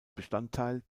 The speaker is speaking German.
bestandteil